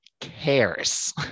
cares